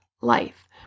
life